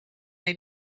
they